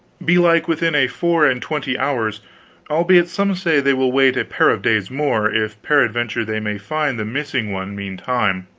belike within a four and twenty hours albeit some say they will wait a pair of days more, if peradventure they may find the missing one meantime.